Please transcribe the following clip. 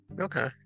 Okay